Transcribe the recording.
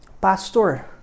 Pastor